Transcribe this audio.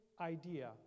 idea